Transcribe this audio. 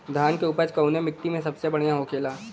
धान की उपज कवने मिट्टी में सबसे बढ़ियां होखेला?